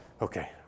Okay